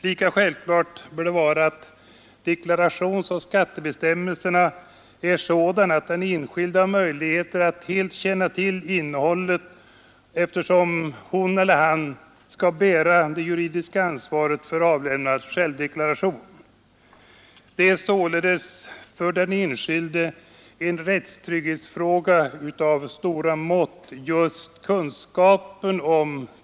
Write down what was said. Lika självklart bör det vara att deklarationsoch skattebestämmelserna är sådana att den enskilde har möjligheter att helt känna till innehållet, eftersom han eller hon har att bära det juridiska ansvaret för avlämnad självdeklaration. Kunskapen om detta material är således för den enskilde en rättssäkerhetsfråga av stora mått.